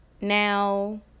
Now